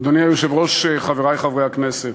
אדוני היושב-ראש, חברי חברי הכנסת,